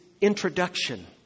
introduction